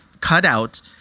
cutout